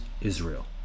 Israel